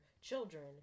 Children